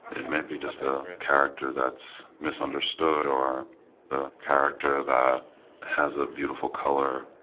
it may be just a character that's misunderstood, or a character that has a beautiful color.